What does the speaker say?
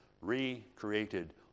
recreated